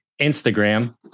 Instagram